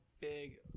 big